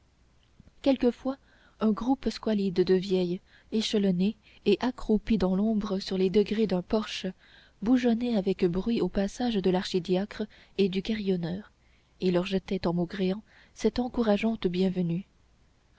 quelquefois un groupe squalide de vieilles échelonné et accroupi dans l'ombre sur les degrés d'un porche bougonnait avec bruit au passage de l'archidiacre et du carillonneur et leur jetait en maugréant cette encourageante bienvenue